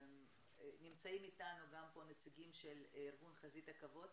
נמצאים איתנו פה נציגים של ארגון חזית הכבוד